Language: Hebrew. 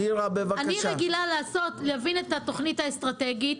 אני רגילה להבין את התוכנית האסטרטגית,